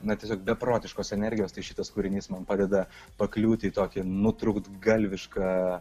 na tiesiog beprotiškos energijos tai šitas kūrinys man padeda pakliūti į tokį nutrūktgalvišką